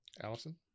Allison